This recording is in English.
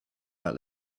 that